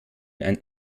ein